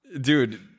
dude